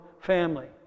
family